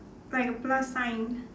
like a plus sign